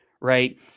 right